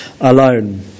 alone